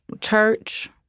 church